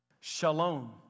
shalom